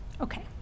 Okay